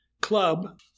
club